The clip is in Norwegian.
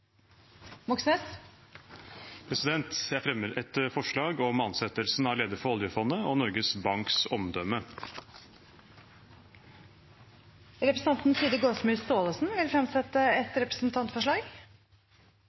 Moxnes vil fremsette et representantforslag. Jeg fremmer et forslag om ansettelsen av leder for oljefondet og Norges Banks omdømme. Representanten Siri Gåsemyr Staalesen vil